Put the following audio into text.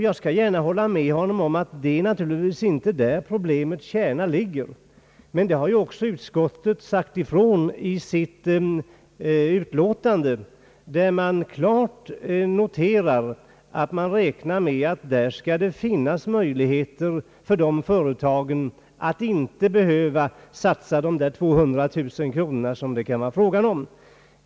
Jag skall gärna hålla med honom om att problemets kärna inte ligger där. Men det framgår också av utskottets utlåtande. Utskottet räknar med att det skall finnas möjligheter för bussföretagen att inte behöva satsa de 200 000 kronorna som det här är fråga om.